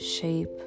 shape